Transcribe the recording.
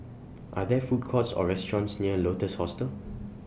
Are There Food Courts Or restaurants near Lotus Hostel